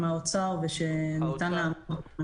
מה שסוכם עם האוצר זה שניתן מבחינת מערכת הבריאות.